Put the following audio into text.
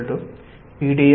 dl